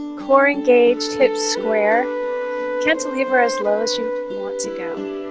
core engaged hips square cantilever as low as you want to go